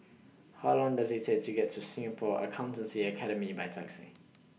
How Long Does IT Take to get to Singapore Accountancy Academy By Taxi